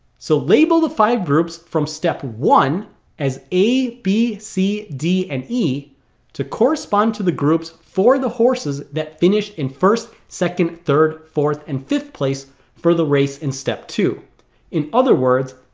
so label the five groups from step one as a, b, c, d, and e to correspond to the groups for the horses that finished in first, second, third, fourth, and fifth place for the race in step two in other words,